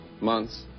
months